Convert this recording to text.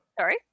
sorry